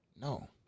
no